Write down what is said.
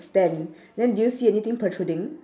stand then do you see anything protruding